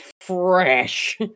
fresh